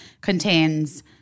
contains